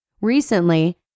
Recently